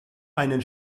einen